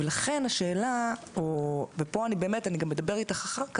לכן, השאלה ופה אני באמת גם אדבר איתך אחר כך,